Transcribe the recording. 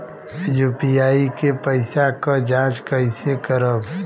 UPI के पैसा क जांच कइसे करब?